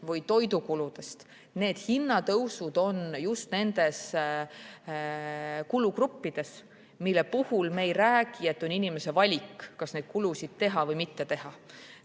või toidukuludest, need hinnatõusud on just nendes kulugruppides, mille puhul me ei räägi, et on inimese valik, kas neid kulusid teha või mitte teha.